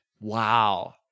Wow